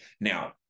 Now